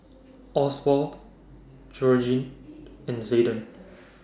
Oswald Georgene and Zaiden